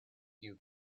you